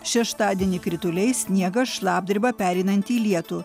šeštadienį krituliai sniegas šlapdriba pereinanti į lietų